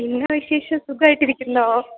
എന്നാ വിശേഷം സുഖമായിട്ടിരിക്കുന്നോ